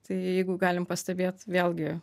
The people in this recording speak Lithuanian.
tai jeigu galim pastebėt vėlgi